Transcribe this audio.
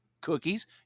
cookies